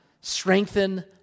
strengthen